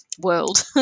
world